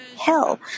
hell